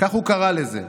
כך הוא קרא לזה.